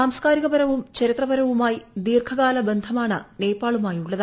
സാംസ്കാരികപരവും ചരിത്രപരവുമായി ദീർഘകാല ബന്ധമാണ് നേപ്പാളുമായുള്ളത്